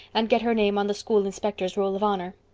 and get her name on the school inspector's roll of honor.